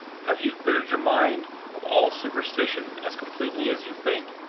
have you cleared your mind of all superstition as completely as you think?